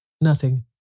nothing